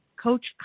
Coach